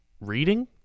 reading